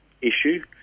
issue